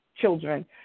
children